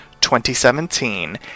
2017